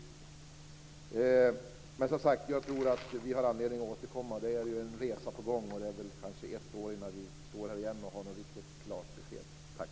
Jag tror, som sagt var, att vi har anledning att återkomma. Det är en resa på gång, och det dröjer kanske ett år innan vi står här igenom och har ett klart besked.